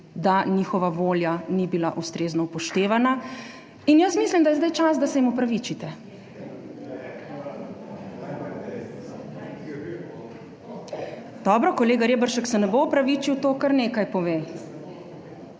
da njihova volja ni bila ustrezno upoštevana. In jaz mislim, da je zdaj čas, da se jim opravičite. / nemir v dvorani/ Dobro, kolega Reberšek se ne bo opravičil, to kar nekaj pove